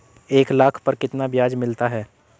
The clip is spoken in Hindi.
एक लाख पर कितना ब्याज मिलता है?